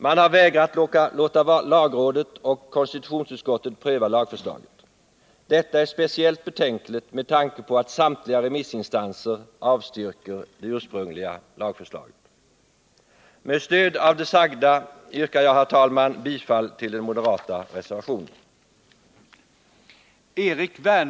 Man har vägrat låta lagrådet och konstitutionsutskottet pröva lagförslaget. Detta är speciellt betänkligt med tanke på att samtliga remissinstanser avstyrker det ursprungliga lagförslaget. Med stöd av det sagda yrkar jag, herr talman, bifall till den moderata reservationen.